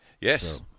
yes